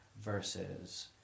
versus